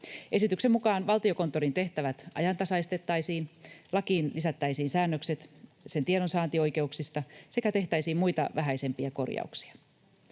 Esityksen mukaan Valtiokonttorin tehtävät ajantasaistettaisiin, lakiin lisättäisiin säännökset sen tiedonsaantioikeuksista sekä tehtäisiin muita vähäisempiä korjauksia.